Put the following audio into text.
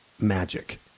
magic